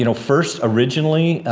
you know first originally,